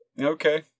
Okay